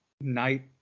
night